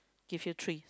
give you three